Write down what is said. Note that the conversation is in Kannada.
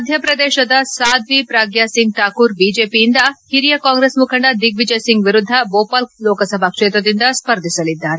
ಮಧ್ಯ ಪ್ರದೇಶದ ಸಾದ್ಲಿ ಪ್ರಗ್ನಾ ಸಿಂಗ್ ಠಾಕೂರ್ ಬಿಜೆಪಿಯಿಂದ ಹಿರಿಯ ಕಾಂಗ್ರೆಸ್ ಮುಖಂಡ ದಿಗ್ಸಿಜಯ್ ಸಿಂಗ್ ವಿರುದ್ದ ಭೋಪಾಲ್ ಲೋಕಸಭಾ ಕ್ಷೇತ್ರದಿಂದ ಸ್ಪರ್ಧಿಸಲಿದ್ದಾರೆ